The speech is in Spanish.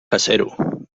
casero